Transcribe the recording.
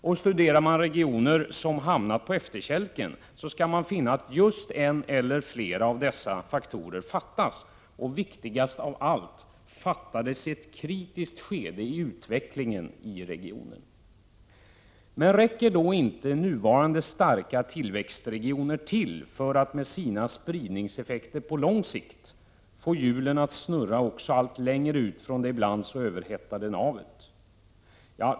Och studerar man regioner som hamnat på efterkälken, skall man finna att just en eller flera av dessa faktorer fattas, och viktigast av allt: fattades i ett kritiskt skede i utvecklingen i regionen. Men räcker då inte nuvarande starka tillväxtregioner till för att med sina spridningseffekter på lång sikt få hjulen att snurra också allt längre ut från det ibland överhettade navet?